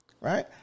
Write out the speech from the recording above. Right